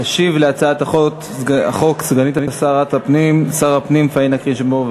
תשיב על הצעת החוק סגנית שר הפנים פניה קירשנבאום,